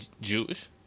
Jewish